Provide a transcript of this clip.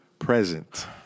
Present